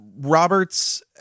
Roberts